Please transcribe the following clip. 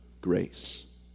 grace